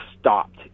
stopped